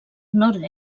nord